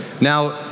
Now